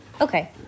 Okay